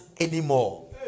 anymore